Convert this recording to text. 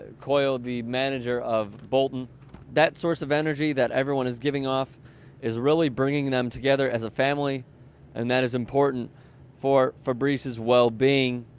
quayle the manager of bolton that source of energy that everyone is giving off is really bringing them together as a family and that is important for for breezes well-being